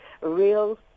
real